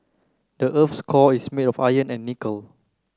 the earth's core is made of iron and nickel